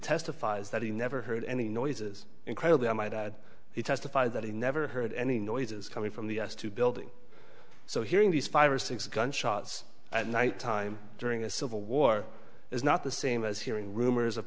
testifies that he never heard any noises incredibly i might add he testified that he never heard any noises coming from the us to building so hearing these five or six gunshots at night time during the civil war is not the same as hearing rumors of